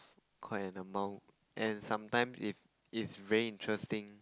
quite an amount and sometimes if it's very interesting